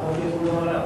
החוק יחול גם עליו.